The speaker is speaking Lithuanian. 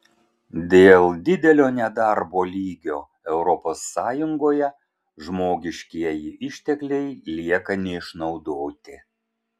dėl didelio nedarbo lygio europos sąjungoje žmogiškieji ištekliai lieka neišnaudoti